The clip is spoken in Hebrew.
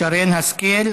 שרן השכל,